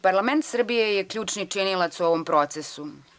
Parlament Srbije je ključni činilac u ovom procesu.